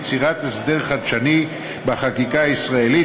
יצירת הסדר חדשני בחקיקה הישראלית,